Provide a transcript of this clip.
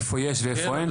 איפה יש ואיפה אין?